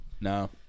No